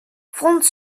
vond